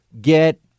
get